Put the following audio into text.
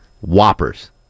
Whoppers